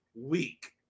week